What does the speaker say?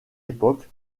époque